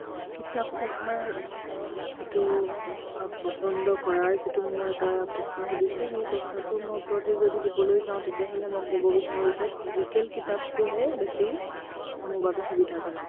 কিতাপ পঢ়াৰ যিটো পচন্দ কৰাৰ যিটো মোৰ এটা প্ৰশ্ন সুধিছে সেই প্ৰশ্নটোৰ মই উত্তৰ দিওঁ যদি দিবলৈ যাওঁ তেতিয়াহ'লে মই ক'ব বিচাৰোঁ যে ফিজিকেল কিতাপটোহে বেছি মোৰ বাবে সুবিধাজনক